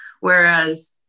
Whereas